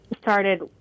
started